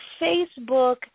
Facebook